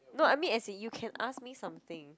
no I mean as in you can ask me something